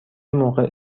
موقع